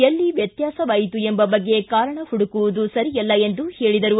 ಎಲ್ಲಿ ವ್ಯತ್ಯಾಸವಾಯಿತು ಎಂಬ ಬಗ್ಗೆ ಕಾರಣ ಮಡುಕುವುದು ಸರಿಯಲ್ಲ ಎಂದು ಹೇಳಿದರು